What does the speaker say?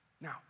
Now